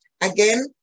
Again